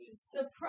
surprise